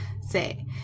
say